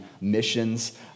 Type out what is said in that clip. missions